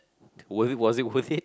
was it was it worth it